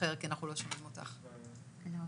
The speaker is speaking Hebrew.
ליקויו השכלי או מכל סיבה אחרת אינו יכול לדאוג לצרכי